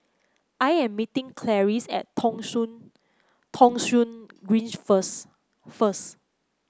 I am meeting Clarice at Thong Soon Thong Soon Green first first